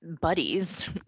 buddies